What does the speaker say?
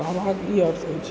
तऽ कहबाके ई अर्थ अछि